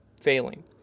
failing